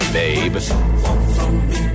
babe